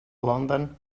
london